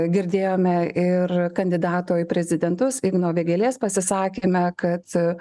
girdėjome ir kandidato į prezidentus igno vėgėlės pasisakyme kad